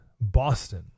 Boston